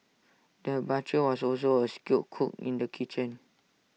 the butcher was also A skilled cook in the kitchen